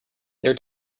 there